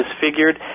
disfigured